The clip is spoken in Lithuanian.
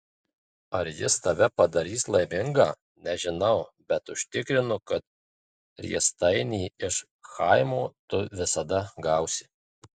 ar jis tave padarys laimingą nežinau bet užtikrinu kad riestainį iš chaimo tu visada gausi